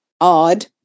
odd